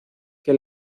que